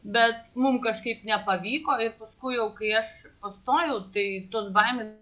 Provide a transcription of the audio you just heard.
bet mum kažkaip nepavyko paskui kai jas pastojau tai tos baimės